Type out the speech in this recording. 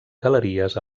galeries